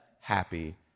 happy